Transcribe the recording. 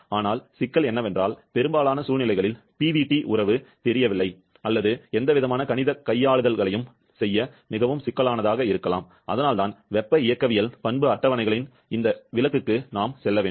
ஆனால் சிக்கல் என்னவென்றால் பெரும்பாலான சூழ்நிலைகளில் PvT உறவு தெரியவில்லை அல்லது எந்தவிதமான கணித கையாளுதல்களையும் செய்ய மிகவும் சிக்கலானதாக இருக்கலாம் அதனால்தான் வெப்ப இயக்கவியல் பண்பு அட்டவணைகளின் இந்த விலக்குக்கு நாம் செல்ல வேண்டும்